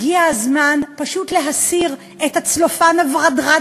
הגיע הזמן פשוט להסיר את הצלופן הוורדרד